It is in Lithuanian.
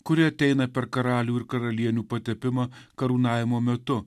kuri ateina per karalių ir karalienių patepimą karūnavimo metu